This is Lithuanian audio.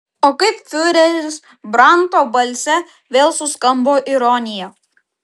o kaip fiureris branto balse vėl suskambo ironija